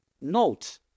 note